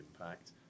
impact